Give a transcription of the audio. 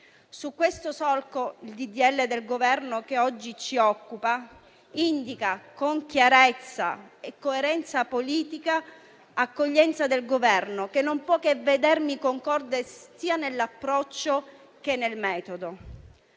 Su questo solco, il decreto-legge di cui oggi ci occupiamo indica con chiarezza e coerenza politica, l'accoglienza da parte del Governo, che non può che vedermi concorde sia nell'approccio che nel metodo.